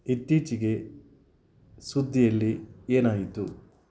ಇತ್ತೀಚಿಗೆ ಸುದ್ದಿಯಲ್ಲಿ ಏನಾಯಿತು